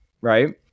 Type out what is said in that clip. right